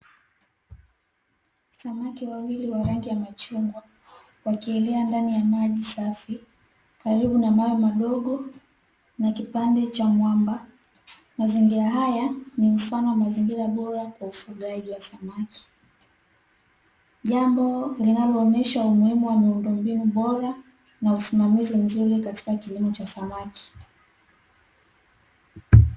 Samaki wawili wa rangi ya machungwa wakiela ndani ya maji safi karibu na mawe madogo na kipande cha mwamba. Mazingira haya ni mfano wa mazingira bora kwa ufugaji wa samaki, jambo linaloonyesha umuhimu wa miundo mbinu bora na usimamizi mzuri katika kilimo cha samaki.